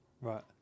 Right